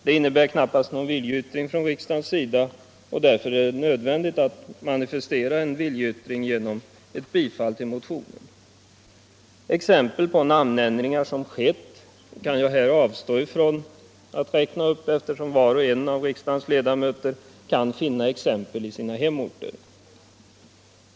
Det innebär knappast någon viljeyttring från riksdagens sida, och därför är det nödvändigt att manifestera en viljeyttring genom ett bifall till motionen. Jag kan avstå från att räkna upp exempel på namnändringar som skett, eftersom var och en av riksdagens ledamöter kan finna exempel i sina hemorter.